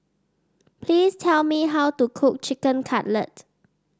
please tell me how to cook Chicken Cutlet